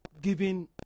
giving